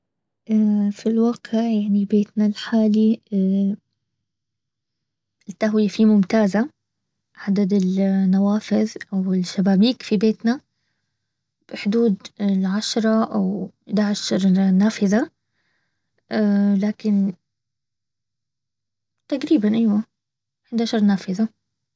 في الواقع يعني بيتنا الحالي التهوية فيه ممتازة. عدد النوافذ او الشبابيك في بيتنا. بحدود العشرة او احداشر نافذة. لكن تقريبا ايوه حداشر نافذة